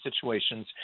situations